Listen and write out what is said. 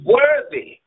worthy